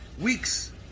weeks